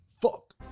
Fuck